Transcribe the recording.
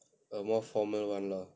a more formal one lah